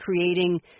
creating